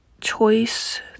choice